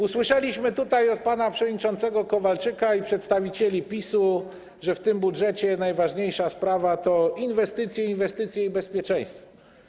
Usłyszeliśmy tutaj od pana przewodniczącego Kowalczyka i przedstawicieli PiS-u, że w tym budżecie najważniejsza sprawa to inwestycje, inwestycje i bezpieczeństwo.